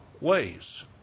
ways